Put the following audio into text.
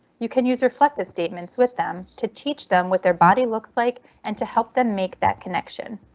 you can use reflective statements with them to teach them what their body looks like and to help them make that connection.